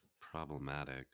problematic